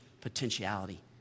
potentiality